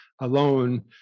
alone